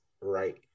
Right